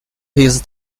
his